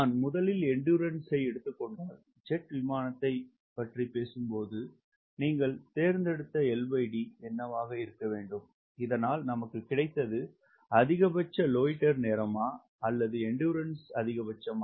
நான் முதலில் எண்டுறன்ஸ் எடுத்துக் கொண்டால் ஜெட் விமானத்தை எடுத்து கொண்டால் நீங்கள் தேர்ந்தெடுத்த LD என்னவாக இருக்க வேண்டும் இதனால் நமக்கு கிடைத்தது அதிகபட்ச லோய்ட்டர் நேரமா அல்லது எண்டுறன்ஸ் அதிகபட்சமா